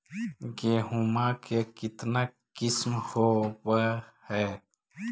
गेहूमा के कितना किसम होबै है?